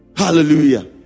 hallelujah